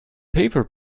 paper